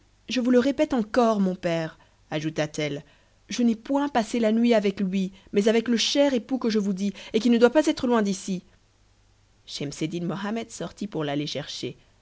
je vous le répète encore mon père ajouta-t-elle je n'ai point passé la nuit avec lui mais avec le cher époux que je vous dis et qui ne doit pas être loin d'ici schemseddin mohammed sortit pour l'aller chercher